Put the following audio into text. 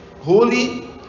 holy